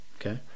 Okay